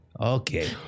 Okay